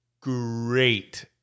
great